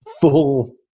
full